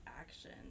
action